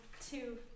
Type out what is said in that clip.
two